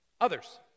Others